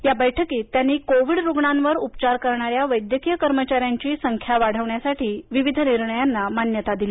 या बैठकीत त्यांनी कोविड रुग्णांवर उपचार करणाऱ्या वैद्यकीय कर्मचाऱ्यांची संख्या वाढवण्यासाठी मान्यता दिली